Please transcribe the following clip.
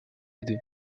aidés